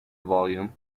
volume